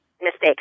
mistake